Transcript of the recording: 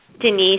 Denise